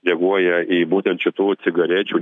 reaguoja į būtent šitų cigarečių